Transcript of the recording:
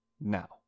now